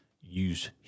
use